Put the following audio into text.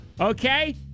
Okay